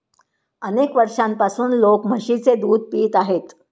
अनेक वर्षांपासून लोक म्हशीचे दूध पित आहेत